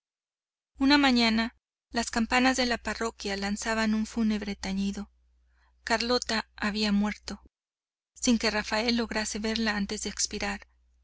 una mañana las campanas de la parroquia lanzaban un fúnebre tañido carlota había muerto sin que rafael lograse verla antes de expirar